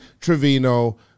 Trevino